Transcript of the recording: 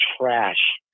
trash